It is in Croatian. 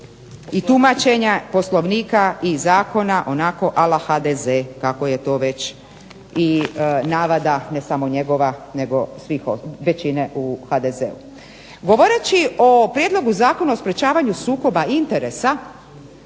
i tumačenja Poslovnika i zakona onako a la HDZ kako je to već i navada ne samo njegova, nego većine u HDZ-u. Govoreći o Prijedlogu zakona o sprječavanju sukoba interesa